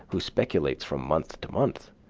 who speculates from month to month,